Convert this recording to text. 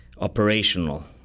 operational